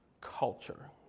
culture